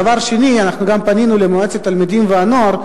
דבר שני, אנחנו גם פנינו למועצת התלמידים והנוער.